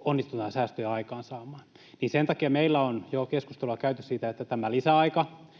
onnistutaan säästöjä saamaan aikaan. Sen takia meillä on jo keskustelua käyty siitä, että tämä lisäaika